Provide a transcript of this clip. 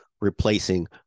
replacing